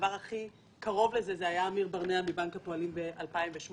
הדבר הכי קרוב לזה היה אמיר ברנע מבנק הפועלים ב-2008.